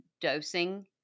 dosing